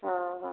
ହଁ ହଁ ହଉ